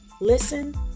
Listen